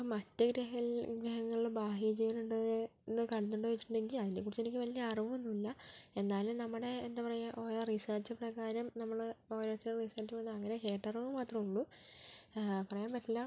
മറ്റ് ഗ്രഹ ഗ്രഹങ്ങളിൽ ബാഹ്യ ജീവനുണ്ടോയെന്നു കണ്ടിട്ടുണ്ടോ എന്ന് ചോദിച്ചിട്ടുണ്ടെങ്കിൽ അതിനെ കുറിച്ചെനിക്ക് വലിയ അറിവ് ഒന്നുമില്ല എന്നാലും നമ്മുടെ എന്താ പറയുക ഓരോ റിസർച്ച് പ്രകാരം നമ്മൾ ഓരോ റിസർച്ച് പ്രകാരം അങ്ങനെ കേട്ടറിവ് മാത്രമേ ഉള്ളൂ പറയാൻ പറ്റില്ല